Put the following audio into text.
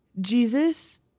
Jesus